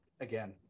again